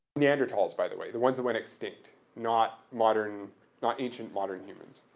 neanderthals, by the way, the ones that went extinct not modern not ancient modern humans.